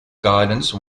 guidance